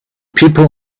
people